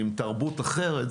עם תרבות אחרת,